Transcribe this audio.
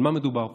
על מה מדובר פה,